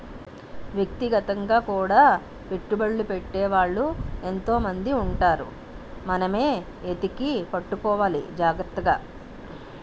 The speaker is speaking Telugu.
వ్యక్తిగతంగా కూడా పెట్టుబడ్లు పెట్టే వాళ్ళు ఎంతో మంది ఉంటారు మనమే ఎతికి పట్టుకోవాలి జాగ్రత్తగా